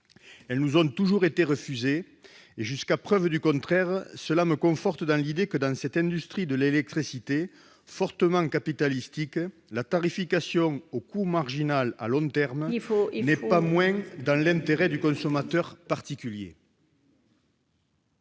Elles nous ont toujours été refusées et, jusqu'à preuve du contraire, cela me conforte dans l'idée que, dans cette industrie de l'électricité fortement capitalistique, la tarification au coût marginal est, à long terme, dans l'intérêt du consommateur particulier.